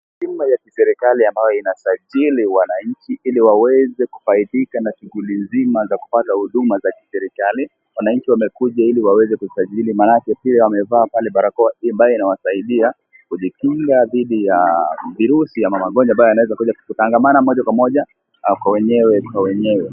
Jumba ya kiserikali ambayo inasajili wanainchi hili waweze kufaidika na shuguli nzima ya kupata huduma ya serikali. wanainchi wamekuja hili waweze kusajili manake pia wamevaa barakoa pia kijikinga dhidi ya virusi a Ama magongwa yanayoweza kupata wakitangamana pamoja au wenyewe kwa wenyewe.